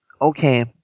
Okay